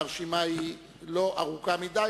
הרשימה לא ארוכה מדי,